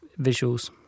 visuals